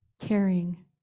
caring